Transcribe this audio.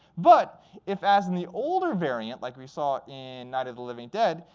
but if as in the older variant, like we saw in night of the living dead,